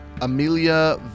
Amelia